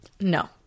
no